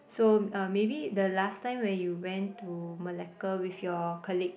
so uh maybe the last time where you went to Malacca with your colleague